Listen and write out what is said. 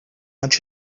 want